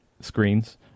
screens